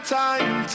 time